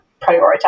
prioritize